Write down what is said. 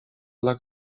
dla